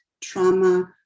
trauma